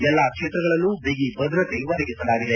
ಎಲ್ಲಾ ಕ್ಷೇತ್ರಗಳಲ್ಲೂ ಬಿಗಿಭದ್ರತೆ ಒದಗಿಸಲಾಗಿದೆ